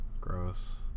Gross